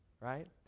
right